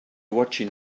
watching